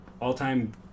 all-time